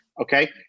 Okay